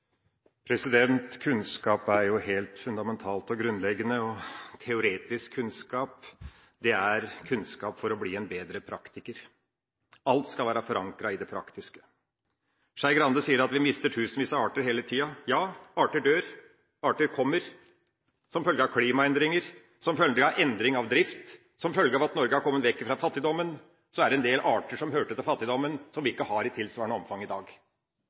Kunnskap er helt fundamentalt og grunnleggende, og teoretisk kunnskap er kunnskap for å bli en bedre praktiker. Alt skal være forankret i det praktiske. Skei Grande sier at vi mister tusenvis av arter hele tiden. Ja, arter dør og arter kommer, som følge av klimaendringer, som følge av endring av drift, og som følge av at Norge har kommet vekk ifra fattigdommen, er det en del arter som hørte til fattigdommen som vi ikke har i tilsvarende omfang i dag.